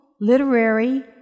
literary